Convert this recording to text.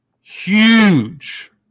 huge